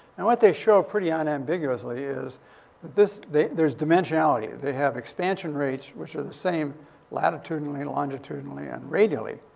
and what they show, pretty and unambiguously, is that this they there's dimensionality. they have expansion rates, which are the same latitudinally and longitudinally and radially.